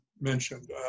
mentioned